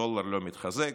הדולר לא מתחזק,